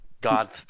God